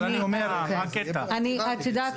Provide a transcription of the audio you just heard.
אבל אני אומר --- את יודעת,